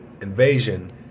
invasion